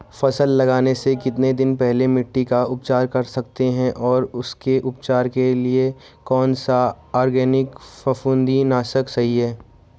फसल लगाने से कितने दिन पहले मिट्टी का उपचार कर सकते हैं और उसके उपचार के लिए कौन सा ऑर्गैनिक फफूंदी नाशक सही है?